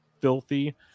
filthy